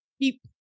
keep